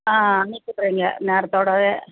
ஆ அனுப்பிவிட்ருங்க நேரத்தோடவே